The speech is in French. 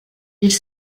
ils